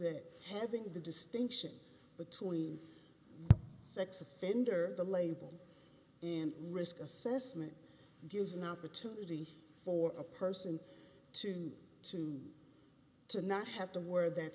that having the distinction between sex offender the label and risk assessment gives an opportunity for a person to to to not have to worry that